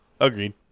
agreed